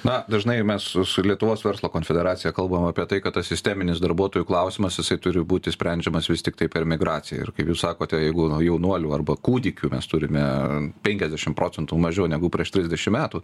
na dažnai mes su lietuvos verslo konfederacija kalbam apie tai kad tas sisteminis darbuotojų klausimas jisai turi būti sprendžiamas vis tiktai per migraciją ir kaip jūs sakote jeigu na jaunuolių arba kūdikių mes turime penkiasdešim procentų mažiau negu prieš trisdešim metų